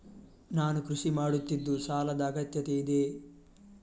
ನಾನು ಕೃಷಿ ಮಾಡುತ್ತಿದ್ದು ಸಾಲದ ಅಗತ್ಯತೆ ಇದೆ?